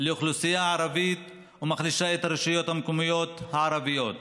לאוכלוסייה הערבית ומחלישה את הרשויות המקומיות הערביות.